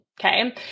okay